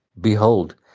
Behold